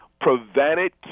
prevented